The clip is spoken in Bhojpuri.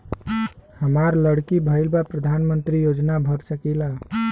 हमार लड़की भईल बा प्रधानमंत्री योजना भर सकीला?